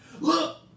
Look